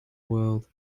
world